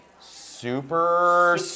super